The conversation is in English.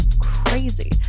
Crazy